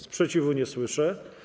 Sprzeciwu nie słyszę.